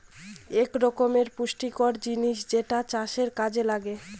এক রকমের পুষ্টিকর জিনিস যেটা চাষের কাযে লাগে